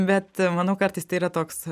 bet manau kartais tai yra toks